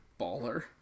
baller